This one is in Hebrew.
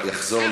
התשע"ז 2016,